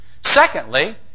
Secondly